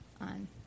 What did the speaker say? on